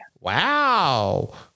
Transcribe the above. Wow